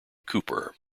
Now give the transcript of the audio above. cooper